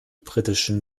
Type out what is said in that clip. britischen